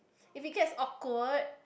if we came is awkward